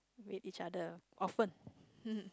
with each other often